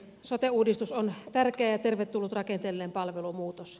sote uudistus on tärkeä ja tervetullut rakenteellinen palvelumuutos